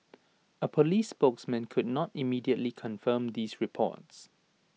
A Police spokesman could not immediately confirm these reports